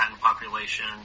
population